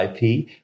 IP